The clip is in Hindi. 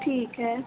ठीक है